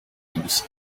gusa